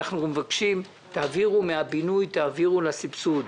אנחנו מבקשים: תעבירו מהבינוי, תעבירו לסבסוד.